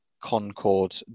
Concord